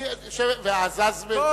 ועזאזמה,